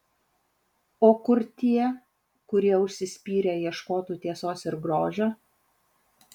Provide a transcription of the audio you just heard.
o kur tie kurie užsispyrę ieškotų tiesos ir grožio